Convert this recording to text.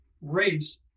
race